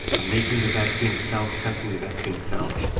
making the vaccine itself, testing the vaccine itself.